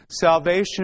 Salvation